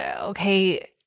okay